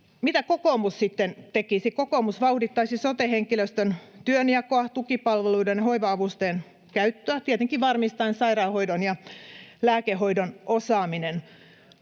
Mitä kokoomus sitten tekisi? Kokoomus vauhdittaisi sote-henkilöstön työnjakoa [Kimmo Kiljunen: No niin!] ja tukipalveluiden ja hoiva-avustajien käyttöä, tietenkin varmistaen sairaanhoidon ja lääkehoidon osaamisen.